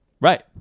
Right